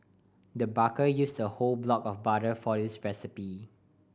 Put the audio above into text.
the baker use a whole block of butter for this recipe